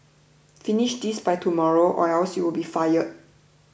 finish this by tomorrow or else you'll be fired